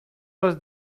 was